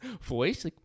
voice